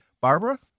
Barbara